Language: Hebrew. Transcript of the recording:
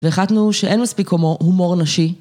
החלטנו שאין מספיק הומור, הומור נשי.